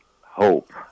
hope